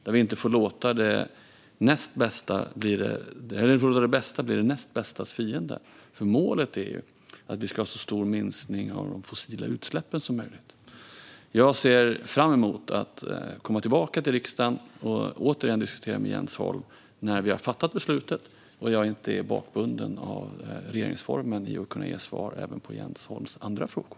Jag vill inte låta det bästa bli det näst bästas fiende, för målet är att vi ska ha en stor minskning av de fossila utsläppen som möjligt. Jag ser fram emot att komma tillbaka till riksdagen och återigen diskutera med Jens Holm när vi har fattat beslutet och jag inte är bakbunden av regeringsformen utan kan ge svar även på Jens Holms andra frågor.